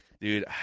Dude